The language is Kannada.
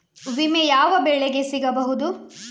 ವಿಮೆ ಯಾವ ಬೆಳೆಗೆ ಸಿಗಬಹುದು?